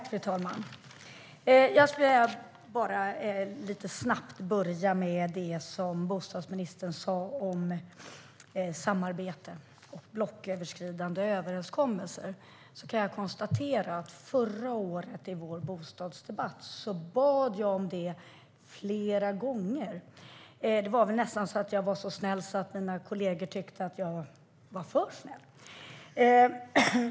Fru talman! Jag vill börja med det som bostadsministern sa om samarbete och blocköverskridande överenskommelser. Jag konstaterar att jag i förra årets bostadsdebatt bad om detta flera gånger. Jag var så snäll att mina kollegor nästan tyckte att jag var för snäll.